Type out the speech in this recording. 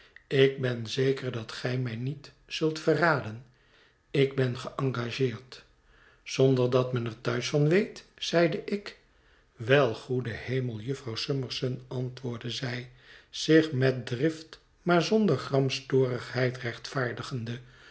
ik ben zeker dat gij mij niet zult verraden ik ben geëngageerd zonder dat men er thuis van weet zeide ik wel goede hemel jufvrouw summerson antwoordde zij zich met drift maar zonder gramstorigheid rechtvaardigende